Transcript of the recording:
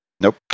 nope